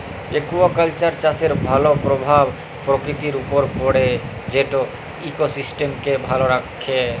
aquaculture চাষের ভালো পরভাব পরকিতির উপরে পড়ে যেট ইকসিস্টেমকে ভালো রাখ্যে